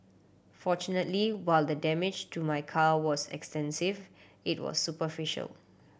fortunately while the damage to my car was extensive it was superficial